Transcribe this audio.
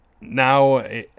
now